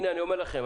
הנה אני אומר לכם,